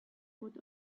foot